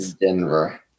Denver